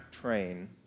train